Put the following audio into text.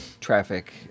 traffic